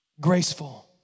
Graceful